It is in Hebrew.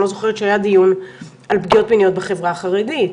לא זוכרת שהיה דיון על פגיעות מיניות בחברה החרדית,